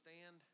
stand